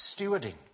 stewarding